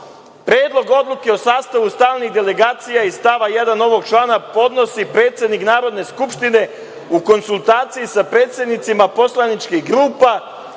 Predlog odluke o sastavu stalnih delegacija iz stava 1. ovog člana podnosi predsednik Narodne skupštine u konsultaciji sa predsednicima poslaničkih grupa